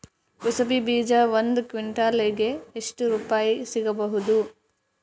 ಕುಸಬಿ ಬೀಜ ಒಂದ್ ಕ್ವಿಂಟಾಲ್ ಗೆ ಎಷ್ಟುರುಪಾಯಿ ಸಿಗಬಹುದುರೀ?